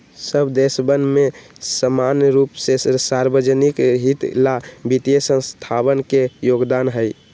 सब देशवन में समान रूप से सार्वज्निक हित ला वित्तीय संस्थावन के योगदान हई